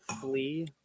flee